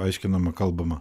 aiškinama kalbama